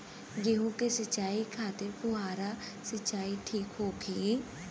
गेहूँ के सिंचाई खातिर फुहारा सिंचाई ठीक होखि?